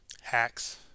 hacks